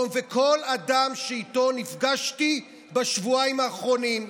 וכל אדם שאיתו נפגשתי בשבועיים האחרונים.